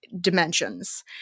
dimensions